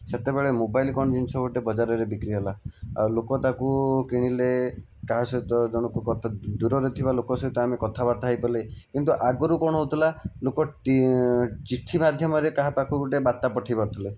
ସେତେବେଳେ ମୋବାଇଲ କଣ ଜିନିଷ ଗୋଟିଏ ବଜାରରେ ବିକ୍ରି ହେଲା ଆଉ ଲୋକ ତାକୁ କିଣିଲେ କାହା ସହିତ ଜଣକୁ ଦୂରରେ ଥିବା ଲୋକ ସହିତ ଆମେ କଥାବାର୍ତ୍ତା ହୋଇପାରିଲେ କିନ୍ତୁ ଆଗରୁ କଣ ହେଉଥିଲା ଲୋକଟି ଚିଠି ମାଧ୍ୟମରେ କାହା ପାଖକୁ ଗୋଟିଏ ବାର୍ତ୍ତା ପଠାଇ ପାରୁଥିଲେ